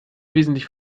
wesentlich